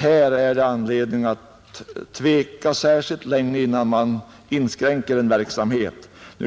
det finns anledning att tveka särskilt länge innan man inskränker en verksamhet.